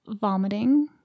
vomiting